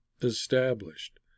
established